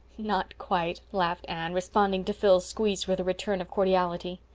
not quite, laughed anne, responding to phil's squeeze, with a return of cordiality.